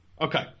Okay